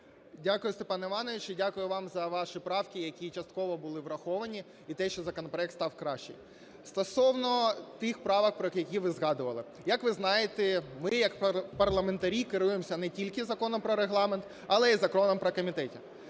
Дякую, Степан Іванович. Дякую вам за ваші правки, які частково були враховані, і те, що законопроект став кращий. Стосовно тих правок, про які ви згадували. Як ви знаєте, ми як парламентарі керуємося не тільки Законом про Регламент, але й Законом про комітети.